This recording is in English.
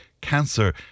cancer